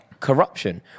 Corruption